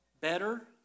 Better